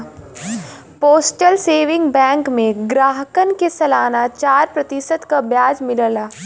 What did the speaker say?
postal saving bank में ग्राहकन के सलाना चार प्रतिशत क ब्याज मिलला